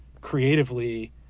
creatively